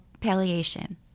palliation